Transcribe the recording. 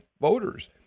voters